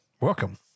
Welcome